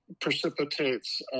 precipitates